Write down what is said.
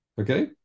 Okay